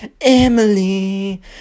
Emily